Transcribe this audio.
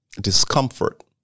discomfort